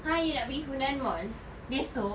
!huh! you nak pergi funan mall besok